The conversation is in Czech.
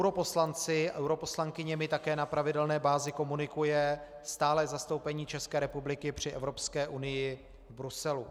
S europoslanci, europoslankyněmi také na pravidelné bázi komunikuje stálé zastoupení České republiky při Evropské unii v Bruselu.